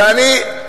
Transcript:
יעני,